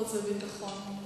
החוץ והביטחון.